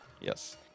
Yes